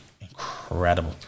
incredible